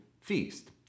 feast